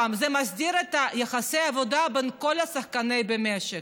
זה מסדיר את יחסי העבודה בין כל שחקני המשק,